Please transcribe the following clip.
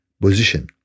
position